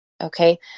okay